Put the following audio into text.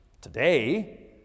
Today